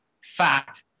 fact